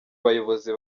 bayobozi